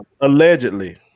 allegedly